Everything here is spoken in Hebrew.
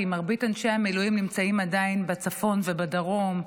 כי מרבית אנשי המילואים עדיין נמצאים בצפון ובדרום,